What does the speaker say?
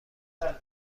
شود